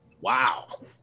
Wow